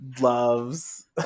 loves